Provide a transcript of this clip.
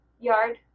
yard